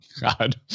God